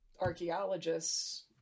archaeologists